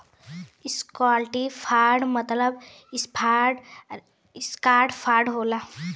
equity fund मतलब stock fund होला